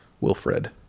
Wilfred